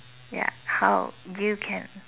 ya how you can